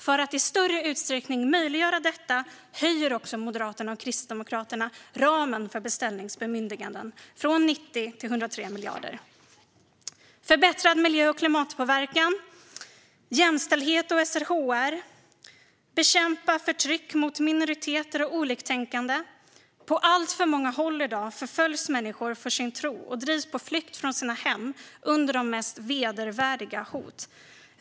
För att i större utsträckning möjliggöra detta höjer också Moderaterna och Kristdemokraterna ramen för beställningsbemyndiganden från 90 till 103 miljarder. Vi vill se en förbättrad miljö klimatpåverkan. Vi vill arbeta för jämställdhet och SRHR. Vi vill bekämpa förtryck mot minoriteter och oliktänkande. På alltför många håll förföljs människor i dag för sin tro och drivs på flykt från sina hem under de mest vedervärdiga hot.